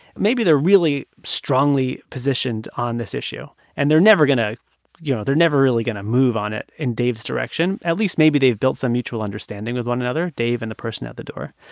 maybe they're really strongly positioned on this issue and they're never going to you know, they're never really going to move on it in dave's direction. at least maybe they've built some mutual understanding with one another, dave and the person at the door.